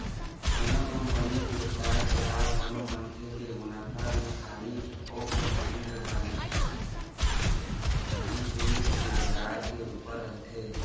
कोनो कंपनी के उतार चढ़ाव कोनो मनखे के मुनाफा नुकसानी ओ कंपनी ले बनइया जिनिस के बजार के ऊपर रहिथे